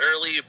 early